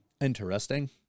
Interesting